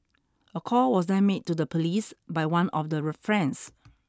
a call was then made to the police by one of the friends